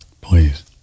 Please